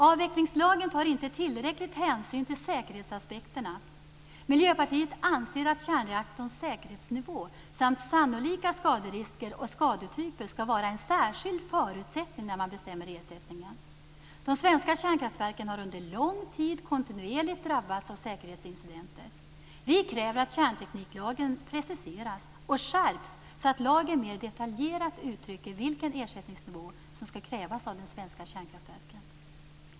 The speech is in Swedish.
Avvecklingslagen tar inte tillräcklig hänsyn till säkerhetsaspekterna. Miljöpartiet anser att kärnreaktorns säkerhetsnivå samt sannolika skaderisker och skadetyper skall vara en särskild förutsättning när man bestämmer ersättningen. De svenska kärnkraftverken har under lång tid kontinuerligt drabbats av säkerhetsincidenter. Vi kräver att kärntekniklagen preciseras och skärps så att lagen mer detaljerat uttrycker vilken ersättningsnivå som skall krävas av de svenska kärnkraftverken.